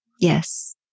Yes